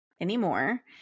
anymore